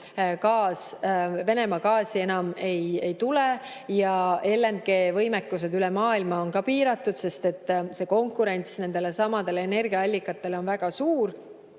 Venemaa gaasi enam ei tule ja LNG-võimekus üle maailma on ka piiratud, sest konkurents nendelesamadele energiaallikatele on väga suur.